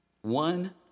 one